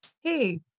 hey